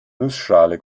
nussschale